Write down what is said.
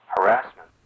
harassment